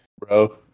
bro